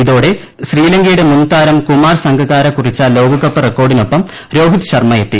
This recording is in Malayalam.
ഇതോടെ ശ്രീലങ്ക്യുടെമുൻതാരം കുമാർ സംഗകാര കുറിച്ച ലോകകപ്പ് റിക്കോർഡിനൊപ്പം രോഹിത് ശർമ എത്തി